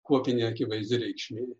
kuopinė akivaizdi reikšmė